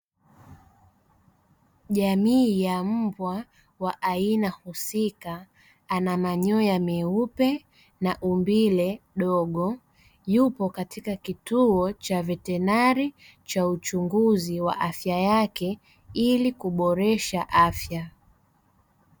Jamii ya mbwa wa aina husika, ana manyoya meupe na umbile dogo, yupo katika kituo cha vetenari cha uchunguzi wa afya yake, ili kuboresha afya.